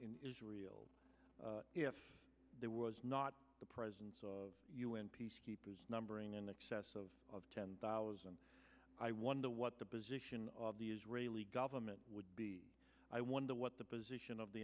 in israel if there was not the presence of u n peacekeepers numbering in the excess of ten thousand i wonder what the position of the israeli government would be i wonder what the position of the